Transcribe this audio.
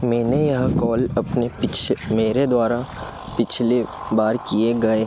मैंने यह कॉल अपने मेरे द्वारा पिछले बार किए गए